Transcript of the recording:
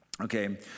Okay